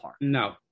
No